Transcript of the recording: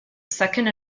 second